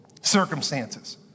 circumstances